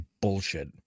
bullshit